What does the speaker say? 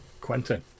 Quentin